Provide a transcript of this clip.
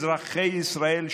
אזרחי ישראל,